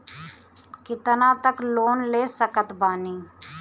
कितना तक लोन ले सकत बानी?